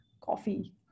coffee